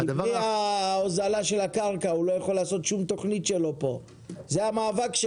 בלי הוזלת הקרקע הוא לא יכול לעשות אף תוכנית שלו שנמצאת פה.